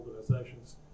organizations